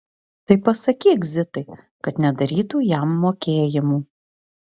tai pasakyk zitai kad nedarytų jam mokėjimų